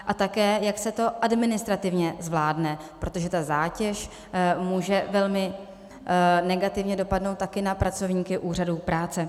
A také, jak se to administrativně zvládne, protože ta zátěž může velmi negativně dopadnout taky na pracovníky úřadů práce.